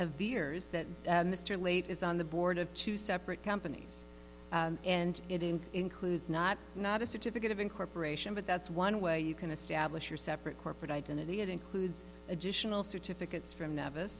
that mr late is on the board of two separate companies and includes not not a certificate of incorporation but that's one way you can establish your separate corporate identity it includes additional certificates from novice